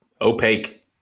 opaque